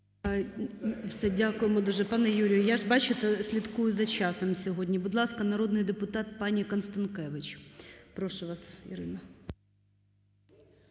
Дякую.